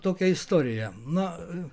tokia istorija na